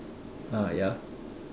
ah ya